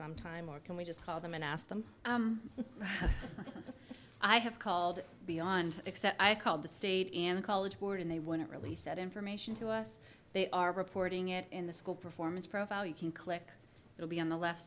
some time or can we just call them and ask them i have called beyond except i called the state college board and they want to release that information to us they are reporting it in the school performance profile you can click it'll be on the left